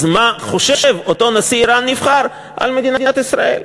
אז מה חושב אותו נשיא איראן נבחר על מדינת ישראל?